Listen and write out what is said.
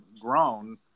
grown